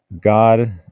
God